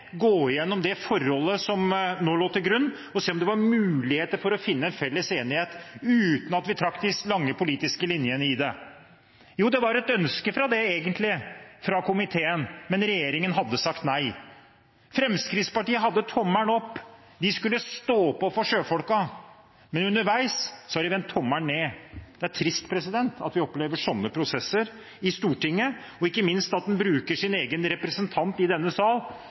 gå gjennom det forholdet som nå lå til grunn, og se på om det var muligheter for å finne felles enighet, uten at vi trakk de lange politiske linjene i det? Det var egentlig et ønske om det fra komiteens side, men regjeringen hadde sagt nei. Fremskrittspartiet hadde tommelen opp – de skulle stå på for sjøfolkene. Men underveis har de vendt tommelen ned. Det er trist at vi opplever slike prosesser i Stortinget – ikke minst at man bruker sin egen representant i denne